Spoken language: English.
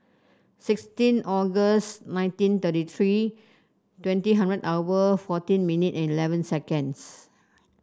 sixteen August nineteen thirty three twenty hundred hour fourteen minute and eleven seconds